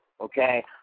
okay